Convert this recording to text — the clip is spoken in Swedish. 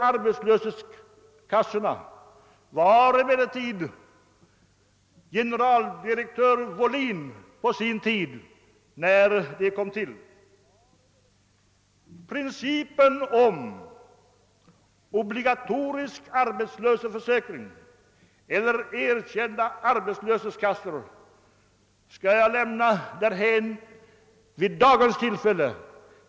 arbetslöshetskassorna var emellertid på sin tid generaldirektören Wohlin. Principen om obligatorisk arbetslöshetsförsäkring eller erkända arbetslöshetskassor skall jag lämna därhän vid detta tillfälle.